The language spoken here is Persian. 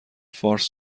فارس